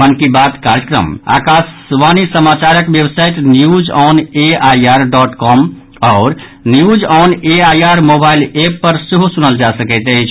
मन की बात कार्यक्रम आकाशवाणी समाचारक website news on AIR dot com आओर न्यूनऑनएआइआर मोबाईल एप पर सेहो सुनल जा सकैत अछि